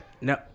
No